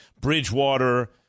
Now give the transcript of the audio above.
Bridgewater